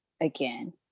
again